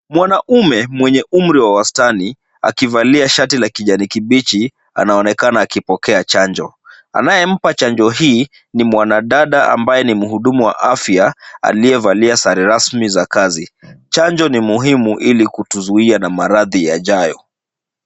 Mwanaume mwenye umri wa wastani akivalia shati la kijani kibichi anaonekana akipokea chanjo. Anayempa chanjo hii ni mwanadada ambaye ni mhudumu wa afya aliyevalia sare rasmi za kazi. Chanjo ni muhimu ili kutuzuia na maradhi yajayo.